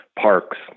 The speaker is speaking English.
parks